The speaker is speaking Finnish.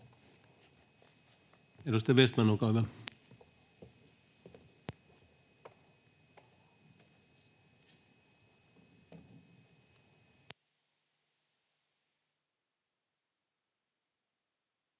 Edustaja Huru, olkaa hyvä.